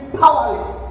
powerless